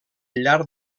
llarg